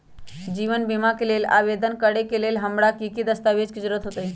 जीवन बीमा के लेल आवेदन करे लेल हमरा की की दस्तावेज के जरूरत होतई?